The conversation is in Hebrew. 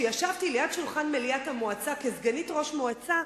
כשישבתי ליד שולחן מליאת המועצה כסגנית ראש מועצה,